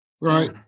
Right